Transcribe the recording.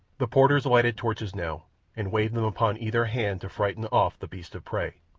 the porters lighted torches now and waved them upon either hand to frighten off the beasts of prey.